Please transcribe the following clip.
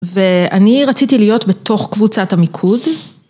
ואני רציתי להיות בתוך קבוצת המיקוד.